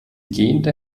gähnte